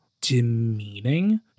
demeaning